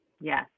Yes